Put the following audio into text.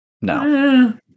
No